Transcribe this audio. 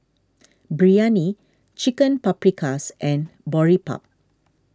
Biryani Chicken Paprikas and Boribap